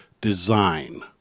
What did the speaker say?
design